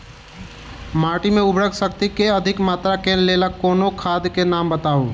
माटि मे उर्वरक शक्ति केँ अधिक मात्रा केँ लेल कोनो खाद केँ नाम बताऊ?